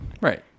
Right